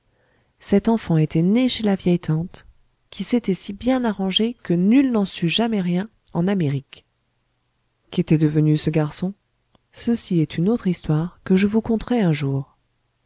cet enfant était né chez la vieille tante qui s'était si bien arrangée que nul n'en sut jamais rien en amérique qu'était devenu ce garçon ceci est une autre histoire que je vous conterai un jour